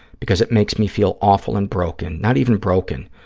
because it makes me feel awful and broken, not even broken,